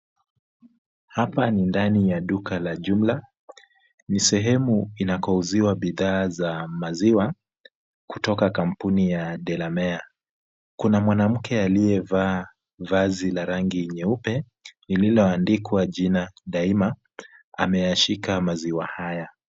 Hapa ni ndani ya duka la jumla. Ni sehemu inakouziwa bidhaa za maziwa kutoka kampuni ya Delamere. Kuna mwanamke aliyevaa vazi la rangi nyeupe, lililoandikwa jina Daima. Ameyashika maziwa haya.